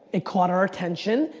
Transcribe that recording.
it caught our attention.